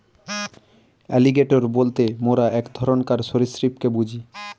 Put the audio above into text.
alligator বলতে মোরা এক ধরণকার সরীসৃপকে বুঝি